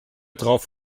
drauf